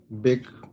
big